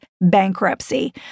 bankruptcy